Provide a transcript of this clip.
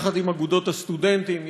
יחד עם אגודות הסטודנטים,